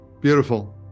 beautiful